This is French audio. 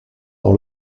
dans